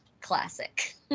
classic